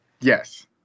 Yes